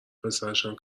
پسرشم